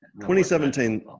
2017 –